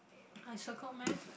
I circled meh